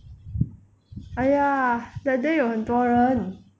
!aiya! that day 有很多人